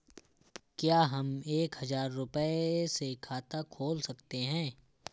क्या हम एक हजार रुपये से खाता खोल सकते हैं?